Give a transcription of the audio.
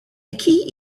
key